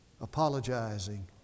apologizing